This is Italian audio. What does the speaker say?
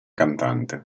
cantante